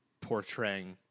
portraying